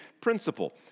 principle